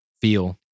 feel